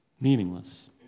Meaningless